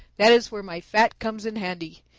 that is where my fat comes in handy.